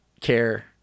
care